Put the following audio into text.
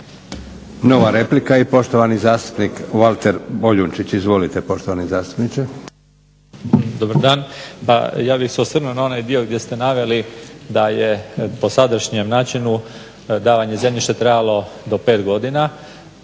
Nova replika i poštovani zastupnik Valter Boljunčić. Izvolite poštovani zastupniče. **Boljunčić, Valter (IDS)** Dobar dan. Pa ja bih se osvrnuo na onaj dio gdje ste naveli da je po sadašnjem načinu davanje zemljišta trajalo do 5 godina.